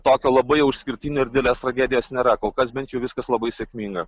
tokio labai jau išskirtinio ir didelės tragedijos nėra kol kas bent jau viskas labai sėkminga